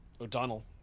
O'Donnell